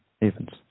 events